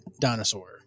dinosaur